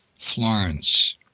Florence